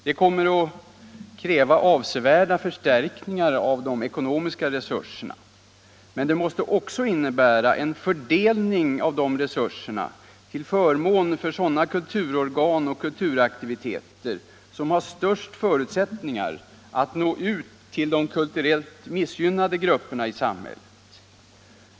Detta kommer att kräva avsevärda förstärkningar av de ekonomiska resurserna. Men det måste också innebära en fördelning av dessa resurser till förmån för sådana kulturorgan och kulturaktiviteter som har de största förutsättningarna att nå ut till kulturellt missgynnade grupper i samhället.